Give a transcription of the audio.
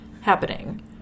happening